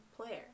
player